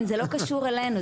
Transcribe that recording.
זה לא קשור אלינו,